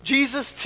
Jesus